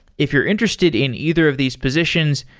if you're interested in either of these positions,